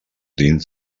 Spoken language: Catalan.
dins